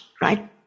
right